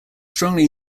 strongly